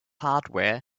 hardware